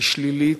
היא שלילית,